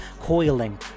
coiling